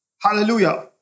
Hallelujah